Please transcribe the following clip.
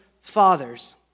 fathers